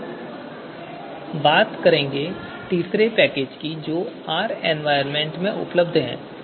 अब हम बात करेंगे तीसरे पैकेज की जो R एनवायरनमेंट में उपलब्ध है